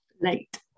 Late